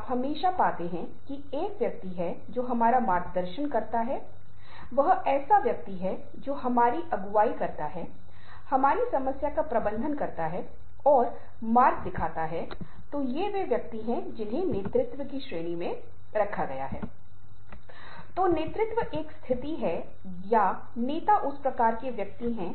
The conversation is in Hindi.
संदेश सामग्री 7 प्रतिशत नहीं है यह उससे कहीं अधिक है और वास्तव में आवाज और अशाब्दिक संचार एक सीमांत भूमिका निभाएगा संपूर्ण बातचीत में और मै कैसा दीखता हूँ यह बहुत ज़्यादा महत्त्वपूर्ण नहीं है जो शायद इस तंत्र को केवल 7 प्रतिशत उलट देगा